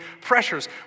pressures